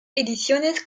ediciones